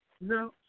no